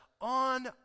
on